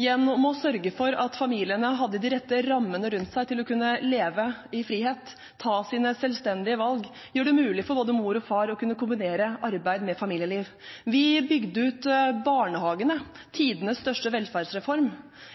gjennom å sørge for at familiene hadde de rette rammene rundt seg til å kunne leve i frihet og ta sine selvstendige valg, og gjøre det mulig for både mor og far å kunne kombinere arbeid med familieliv. Vi bygde ut barnehagene, tidenes største velferdsreform,